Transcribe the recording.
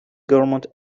government